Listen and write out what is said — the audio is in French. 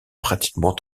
pratiquement